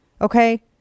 okay